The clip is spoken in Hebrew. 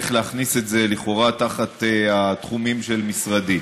איך להכניס את זה לכאורה תחת התחומים של משרדי.